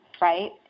right